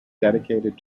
dedicated